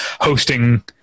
hosting